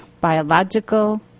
biological